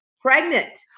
pregnant